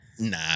Nah